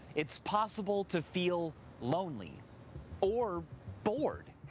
it's possible to feel lonely or bored.